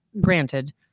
granted